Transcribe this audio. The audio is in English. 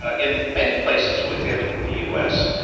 ah in many places within the u s,